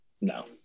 no